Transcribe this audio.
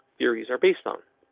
theories are based on,